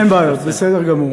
אין בעיות, בסדר גמור.